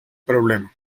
problema